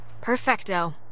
Perfecto